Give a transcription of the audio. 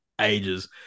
ages